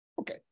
Okay